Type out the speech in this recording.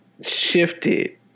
shifted